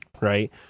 right